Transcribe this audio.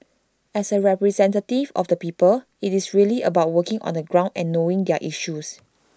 as A representative of the people IT is really about working on the ground and knowing their issues